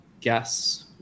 guess